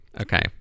Okay